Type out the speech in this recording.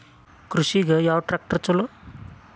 ಕೃಷಿಗ ಯಾವ ಟ್ರ್ಯಾಕ್ಟರ್ ಛಲೋ?